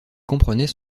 comprenait